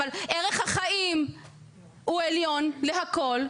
אבל ערך החיים הוא עליון להכל,